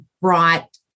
brought